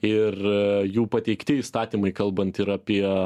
ir jų pateikti įstatymai kalbant ir apie